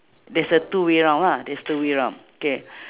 there's a two way round lah there's two way round k